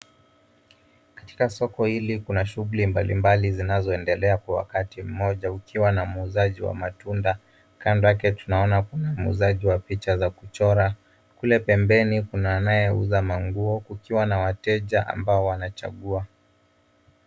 Katika soko hili kuna shughuli mbalimbali zinazoendelea kwa wakati mmoja ukiwa na muuzaji wa matunda. Kando yake tunaona kuna muuzaji wa picha za kuchora. Kule pembeni kuna anayeuza manguo kukiwa na wateja ambao wanachagua.